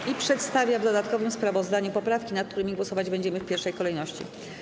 Komisja przedstawia w dodatkowym sprawozdaniu poprawki, nad którymi głosować będziemy w pierwszej kolejności.